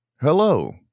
Hello